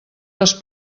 les